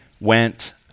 went